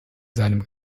seinem